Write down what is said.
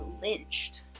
lynched